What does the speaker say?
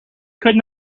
could